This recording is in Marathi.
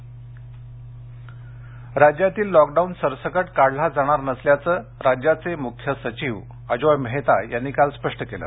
मेहता राज्यातील लॉकडाऊन सरसकट काढला जाणार नसल्याचं राज्याचे मुख्य सचिव अजोय मेहता यांनी काल स्पष्ट केलं